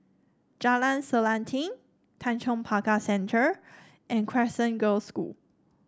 Jalan Selanting Tanjong Pagar Center and Crescent Girls' School